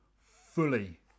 fully